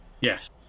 Yes